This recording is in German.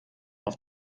auf